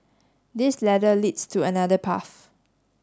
this ladder leads to another path